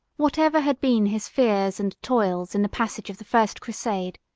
whatever had been his fears and toils in the passage of the first crusade,